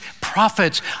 prophets